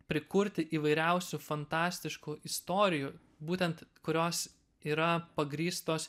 prikurti įvairiausių fantastiškų istorijų būtent kurios yra pagrįstos